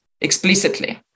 explicitly